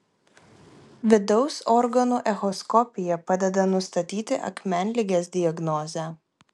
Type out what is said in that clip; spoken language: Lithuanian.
vidaus organų echoskopija padeda nustatyti akmenligės diagnozę